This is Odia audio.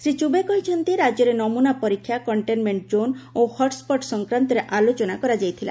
ଶ୍ରୀ ଚୁବେ କହିଛନ୍ତି ରାଜ୍ୟରେ ନମୁନା ପରୀକ୍ଷା କଣ୍ଟେନମେଣ୍ଟ ଜୋନ ଓ ହଟ୍ସଟ୍ ସଂକ୍ରାନ୍ତରେ ଆଲୋଚନା କରାଯାଇଥିଲା